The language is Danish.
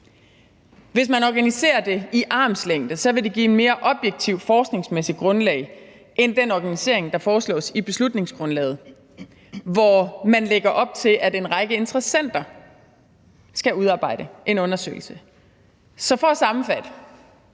Hvis man organiserer det i armslængde, vil det give et mere objektivt forskningsmæssigt grundlag end den organisering, der foreslås i beslutningsforslaget, hvor man lægger op til, at en række interessenter skal udarbejde en undersøgelse. Så for at sammenfatte: